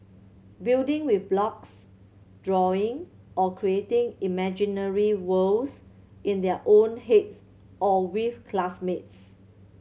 building with blocks drawing or creating imaginary worlds in their own heads or with classmates